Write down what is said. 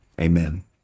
amen